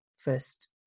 First